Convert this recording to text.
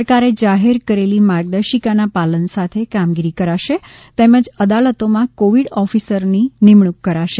સરકારે જાહેર કરેલી માર્ગદર્શિકાના પાલન સાથે કામગીરી કરાશે તેમજ અદાલતોમાં કોવિડ ઓફિસરની નિમણૂક કરાશે